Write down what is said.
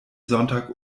sonntag